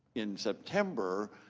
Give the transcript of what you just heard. in september,